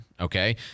okay